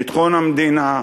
ביטחון המדינה,